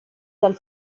dal